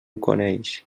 coneix